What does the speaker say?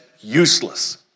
useless